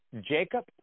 Jacob